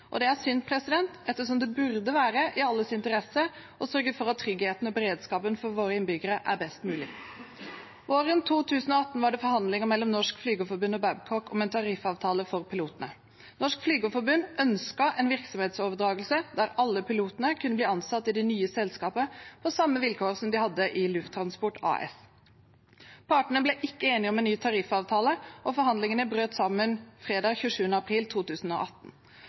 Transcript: Det er synd, ettersom det burde være i alles interesse å sørge for at tryggheten og beredskapen for våre innbyggere er best mulig. Våren 2018 var det forhandlinger mellom Norsk Flygerforbund og Babcock om en tariffavtale for pilotene. Norsk Flygerforbund ønsket en virksomhetsoverdragelse der alle pilotene kunne bli ansatt i det nye selskapet på samme vilkår som de hadde i Lufttransport AS. Partene ble ikke enige om en ny tariffavtale, og forhandlingene brøt sammen fredag 27. april 2018.